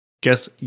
Guess